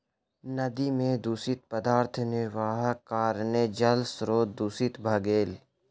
नदी में दूषित पदार्थ निर्वाहक कारणेँ जल स्त्रोत दूषित भ गेल